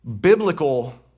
biblical